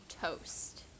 toast